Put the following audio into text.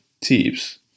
tips